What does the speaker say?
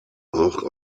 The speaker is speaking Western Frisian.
och